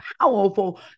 powerful